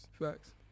Facts